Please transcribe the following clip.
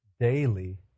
daily